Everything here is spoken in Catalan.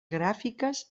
gràfiques